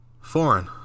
Foreign